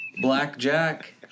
blackjack